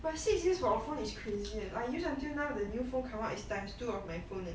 but six years for a phone is crazy eh and I used until now the new phone come up is times two of my phone leh